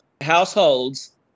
Households